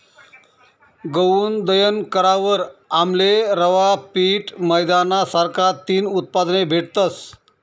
गऊनं दयन करावर आमले रवा, पीठ, मैदाना सारखा तीन उत्पादने भेटतस